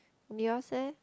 yours eh